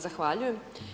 Zahvaljujem.